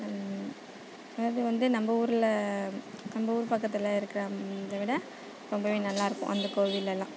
அதாவது வந்து நம்ம ஊரில் நம்ம ஊர் பக்கத்தில் இருக்கிறத விட ரொம்ப நல்லாயிருக்கும் அந்த கோவில்லெல்லாம்